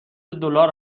دلار